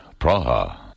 Praha